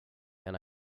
and